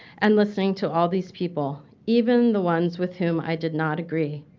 and listening to all these people, even the ones with whom i did not agree,